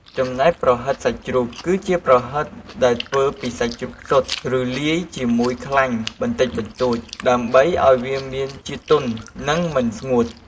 ចំណែក ប្រហិតសាច់ជ្រូក គឺជាប្រហិតដែលធ្វើពីសាច់ជ្រូកសុទ្ធ ឬលាយជាមួយខ្លាញ់បន្តិចបន្តួច ដើម្បីឱ្យវាមានជាតិទន់ និងមិនស្ងួត។